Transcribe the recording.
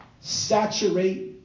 Saturate